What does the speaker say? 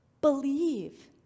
believe